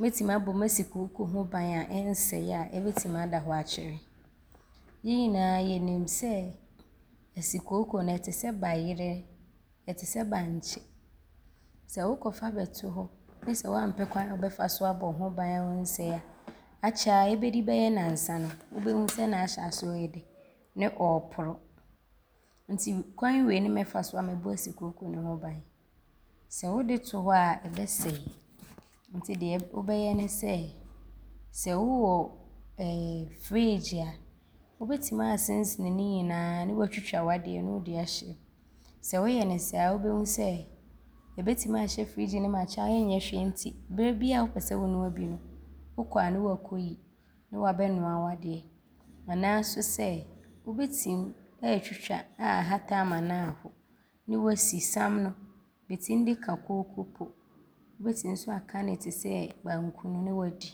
mɛtim abɔ m’asikooko ho ban a ɔnsɛe a ɔbɛtim ada hɔ akyɛ. Yɛ nyinaa yɛnim sɛ, asikooko no, ɔte sɛ bayerɛ. Ɔte sɛ bankye. Sɛ wokɔfa bɛto hɔ ne sɛ woampɛ kwan a wobɛfa so abɔ hoo ban a ɔnsɛe a, akyɛreeɛ a ɔbɛdi bɛyɛ nnansa no, wobɛhu sɛ ne aahyɛ aseɛ ɔɔyɛ dɛ ne ɔɔporɔ nti kwan wei ne mɛfa so a mɛbɔ asikooko ne ho ban. Sɛ wode to hɔ a, ɔbɛsɛe nti deɛ wobɛyɛ ne sɛ, sɛ wowɔ ɛ-ɛ-ɛ friigyi a, wobɛtim aasensene ne nyinaa ne woatwitwa w’adeɛ ne wode ahyɛm. Sɛ woyɛ ne saa, wobɛhu sɛ, ɔbɛtim aahyɛ friigyi ne mu akyɛre a ɔnyɛ hwee nti berɛ biaa a wopɛ sɛ wonoa bi no, wokɔ a ne woakɔyi ne woabɛnoa w’adeɛ anaa so sɛ, wobɛtim aatwitwa aahata ama ne aaho ne woasi. Sam no, bɛtim de ka kooko po di wobɛtim so aaka ne te sɛ banku ne woadi.